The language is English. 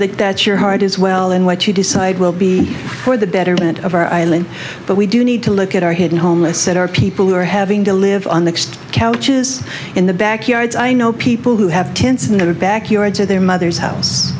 that that's your heart as well in what you decide will be for the betterment of our island but we do need to look at our hidden homeless that are people who are having to live on the couches in the backyards i know people who have tents in their backyards or their mother's house